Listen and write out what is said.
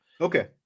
Okay